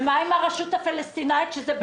ומה עם הרשות הפלסטינאית, שזה בכוחנו?